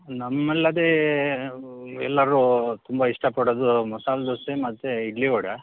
ನಮ್ಮಲ್ಲದೇ ಎಲ್ಲರೂ ತುಂಬ ಇಷ್ಟಪಡೋದು ಮಸಾಲೆ ದೋಸೆ ಮತ್ತು ಇಡ್ಲಿ ವಡೆ